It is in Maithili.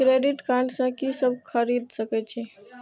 क्रेडिट कार्ड से की सब खरीद सकें छी?